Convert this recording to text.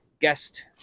guest